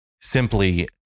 simply